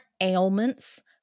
ailments